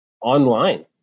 online